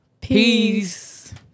Peace